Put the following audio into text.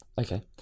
okay